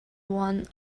one